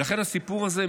ולכן הסיפור הזה,